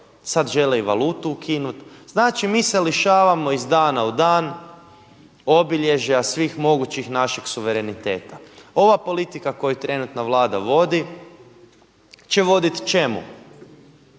sad žele i valutu ukinut. Znači mi se lišavamo iz dana u dan obilježja svih mogućih našeg suvereniteta. Ova politika koju trenutna Vlada vodi će voditi čemu?